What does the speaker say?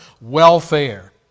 welfare